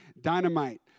dynamite